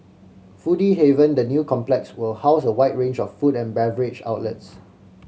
foodie haven The new complex will house a wide range of food and beverage outlets